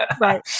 Right